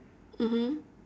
mmhmm